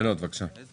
שאלות, בבקשה.